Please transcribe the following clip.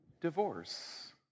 divorce